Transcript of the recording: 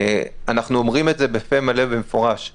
אנחנו אומרים את זה בפה מלא ובמפורש,